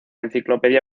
enciclopedia